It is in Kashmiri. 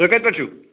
تُہۍ کَتہِ پٮ۪ٹھٕ چھُو